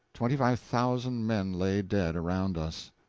twenty-five thousand men lay dead around us.